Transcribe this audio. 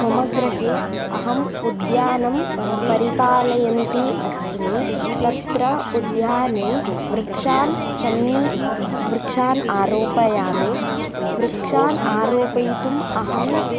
मम गृहे अहं उद्यानं परिपालयन्ती अस्मि तत्र उद्याने वृक्षान् समी वृक्षान् आरोपयामि वृक्षान् आरोपयितुम् अहम्